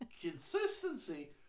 Consistency